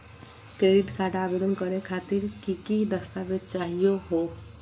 Credit card आवेदन करे खातिर की की दस्तावेज चाहीयो हो?